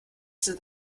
sind